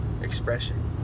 expression